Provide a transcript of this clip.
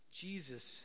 Jesus